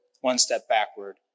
one-step-backward